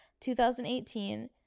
2018